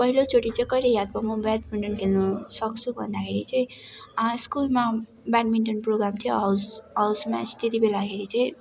पहिलोचोटि चाहिँ कहिले याद भयो म ब्याडमिन्टन खेल्नु सक्छु भन्दाखेरि चाहिँ स्कुलमा ब्याडमिन्टन प्रोग्राम थियो हाउस हाउस म्याच त्यतिबेलाखेरि चाहिँ